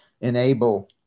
enable